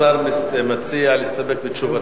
השר מציע להסתפק בתשובתו.